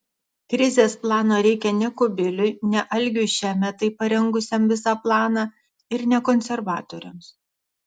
krizės plano reikia ne kubiliui ne algiui šemetai parengusiam visą planą ir ne konservatoriams